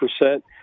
percent